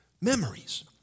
Memories